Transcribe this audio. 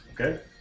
Okay